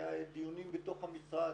היו דיונים בתוך המשרד.